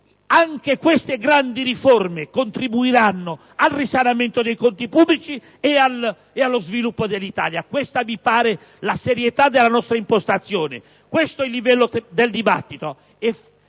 Anche queste grandi riforme contribuiranno al risanamento dei conti pubblici e allo sviluppo dell'Italia. Questo mi pare mostri la serietà della nostra impostazione. Questo è il livello del dibattito